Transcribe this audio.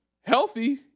healthy